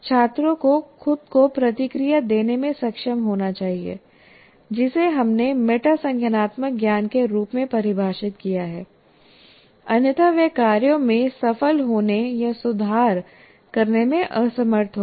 छात्रों को खुद को प्रतिक्रिया देने में सक्षम होना चाहिए जिसे हमने मेटा संज्ञानात्मक ज्ञान के रूप में परिभाषित किया है अन्यथा वे कार्यों में सफल होने या सुधार करने में असमर्थ होंगे